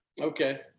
Okay